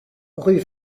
rue